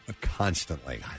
constantly